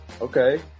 Okay